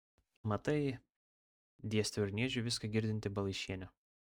matai dėstė urniežiui viską girdinti balaišienė